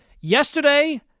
yesterday